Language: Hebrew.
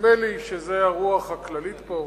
נדמה לי שזה הרוח הכללית פה.